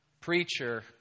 preacher